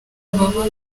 baba